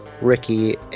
ricky